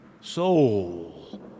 soul